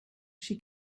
she